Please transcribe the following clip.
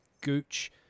Gooch